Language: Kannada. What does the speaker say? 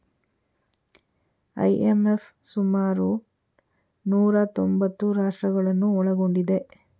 ಐ.ಎಂ.ಎಫ್ ಸುಮಾರು ನೂರಾ ತೊಂಬತ್ತು ರಾಷ್ಟ್ರಗಳನ್ನು ಒಳಗೊಂಡಿದೆ